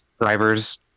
drivers